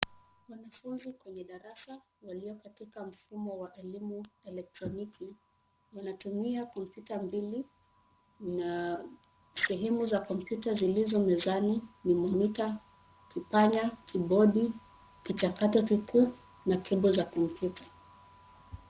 Wanafunzi kwenye darasa waliokatika mfumo wa elimu elektroniki, wanatumia kompyuta mbili na sehemu za kompyuta zilizo mezani ni monita, kipanya, kibodi, kichakato kikuu na kebo za kompyuta.